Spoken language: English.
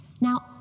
Now